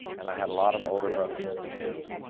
and i had a lot of older brothers and sisters.